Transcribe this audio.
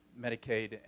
Medicaid